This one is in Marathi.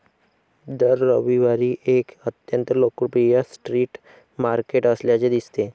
दर रविवारी एक अत्यंत लोकप्रिय स्ट्रीट मार्केट असल्याचे दिसते